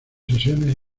sesiones